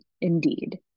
Indeed